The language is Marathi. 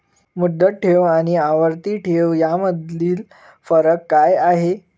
मुदत ठेव आणि आवर्ती ठेव यामधील फरक काय आहे?